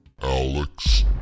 Alex